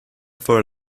for